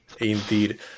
Indeed